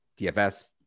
DFS